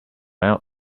out